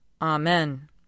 Amen